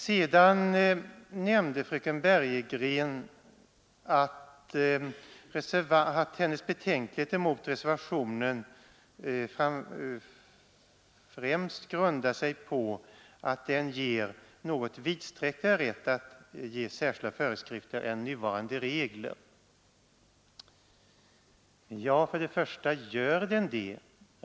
Sedan sade fröken Bergegren att hennes betänkligheter mot reservationen främst grundar sig på att den ger en mera vidsträckt rätt att ge särskilda föreskrifter än nuvarande regler. Men gör den det?